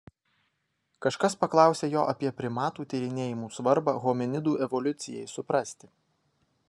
kažkas paklausė jo apie primatų tyrinėjimų svarbą hominidų evoliucijai suprasti